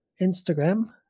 Instagram